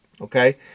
okay